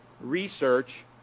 research